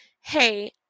hey